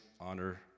honor